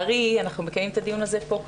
לצערי, אנחנו מקיימים את הדיון הזה פה.